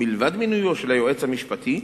מלבד מינויו של היועץ המשפטי,